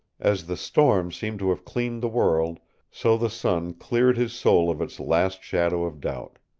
as the storm seemed to have cleaned the world so the sun cleared his soul of its last shadow of doubt.